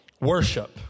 worship